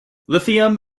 lithium